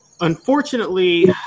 Unfortunately